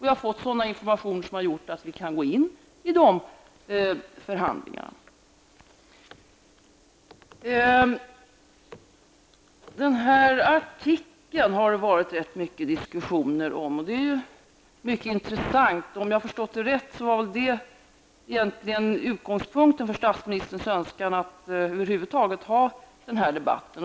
Vi har fått sådana informationer som har gjort att vi har kunnat gå in i dessa förhandlingar. Det har förekommit rätt många diskussioner om tidningsartikeln, och det är mycket intressant. Om jag förstått det rätt var det egentligen detta som var utgångspunkten för statsministerns önskan att över huvud taget genomföra denna debatt.